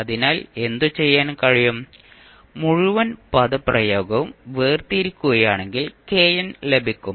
അതിനാൽ എന്തുചെയ്യാൻ കഴിയും മുഴുവൻ പദപ്രയോഗവും വേർതിരിക്കുകയാണെങ്കിൽ kn ലഭിക്കും